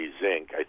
Zinc